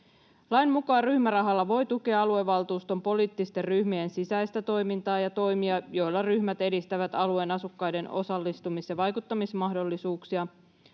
Lain mukaan ryhmärahalla voi tukea aluevaltuuston poliittisten ryhmien sisäistä toimintaa ja toimia, joilla ryhmät edistävät alueen asukkaiden osallistumis- ja vaikuttamismahdollisuuksia.